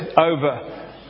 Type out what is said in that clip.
over